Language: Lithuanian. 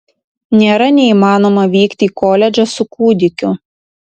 nėra neįmanoma vykti į koledžą su kūdikiu